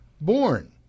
born